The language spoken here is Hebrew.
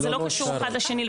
זה לא קשור אחד לשני,